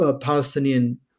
Palestinian